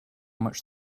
much